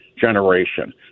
generation